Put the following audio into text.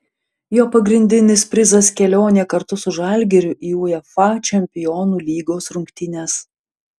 jo pagrindinis prizas kelionė kartu su žalgiriu į uefa čempionų lygos rungtynes